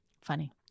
funny